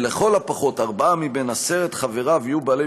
ולכל הפחות ארבעה מבין עשרת חבריו יהיו בעלי